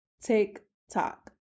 TikTok